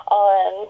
on